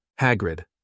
Hagrid